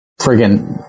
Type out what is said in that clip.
friggin